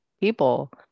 people